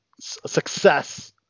success